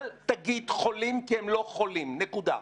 אל תגיד חולים, כי הם לא חולים, נקודה.